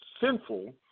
sinful